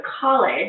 college